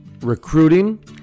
Recruiting